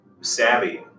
savvy